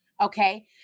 Okay